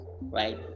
right